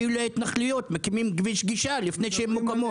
אפילו להתנחלויות מקימים כביש גישה לפני שהן מוקמות.